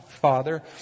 Father